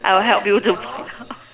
I will help you to